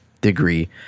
degree